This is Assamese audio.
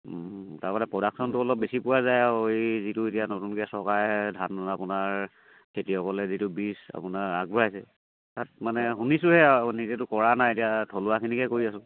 তাৰ মানে প্ৰডাকশ্য়নটো অলপ বেছি পোৱা যায় আৰু এই যিটো এতিয়া নতুনকৈ চৰকাৰে ধান ন আপোনাৰ খেতিয়সকলে যিটো বীজ আপোনাৰ আগবঢ়াইছে তাত মানে শুনিছোঁহে আৰু নিজেতো কৰা নাই এতিয়া থলুৱাখিনিকে কৰি আছোঁ